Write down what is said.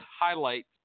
highlights